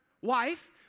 wife